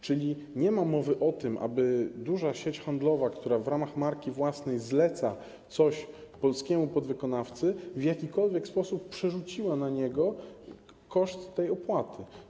Czyli nie ma mowy o tym, aby duża sieć handlowa, która w ramach marki własnej zleca coś polskiemu podwykonawcy, w jakikolwiek sposób przerzuciła na niego koszt tej opłaty.